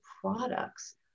products